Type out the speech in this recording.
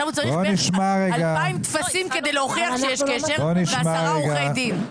עכשיו הוא צריך אלפיים טפסים כדי להוכיח שיש קשר ועשרה עורכי דין.